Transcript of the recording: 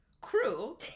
crew